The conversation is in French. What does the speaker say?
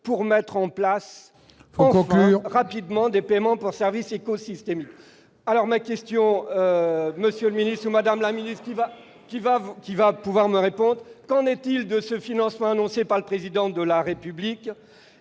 pour mettre en place rapidement des paiements pour services éco-systémiques alors ma question, monsieur le Ministre ou Madame la Ministre, qui va, qui va vous qui va pouvoir me répondent, qu'en est-il de ce financement annoncé par le président de la République